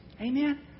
Amen